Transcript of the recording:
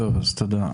תודה.